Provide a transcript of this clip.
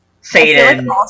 Satan